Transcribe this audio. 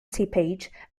seepage